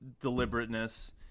deliberateness